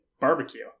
barbecue